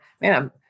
man